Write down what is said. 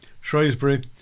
Shrewsbury